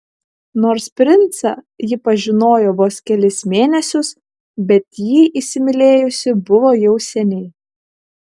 nors princą ji pažinojo vos kelis mėnesius bet jį įsimylėjusi buvo jau seniai